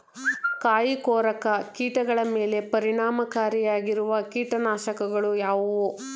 ಕಾಯಿಕೊರಕ ಕೀಟಗಳ ಮೇಲೆ ಪರಿಣಾಮಕಾರಿಯಾಗಿರುವ ಕೀಟನಾಶಗಳು ಯಾವುವು?